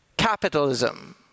Capitalism